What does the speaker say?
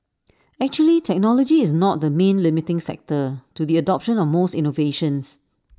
actually technology is not the main limiting factor to the adoption of most innovations